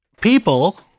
People